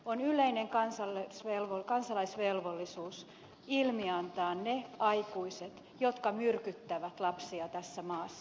on yleinen kansalaisvelvollisuus ilmiantaa ne aikuiset jotka myrkyttävät lapsia tässä maassa